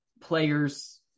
players